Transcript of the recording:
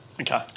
Okay